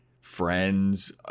friends